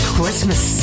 Christmas